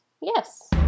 Yes